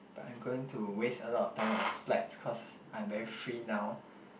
but I'm going to waste a lot of time on slides cause I'm very free now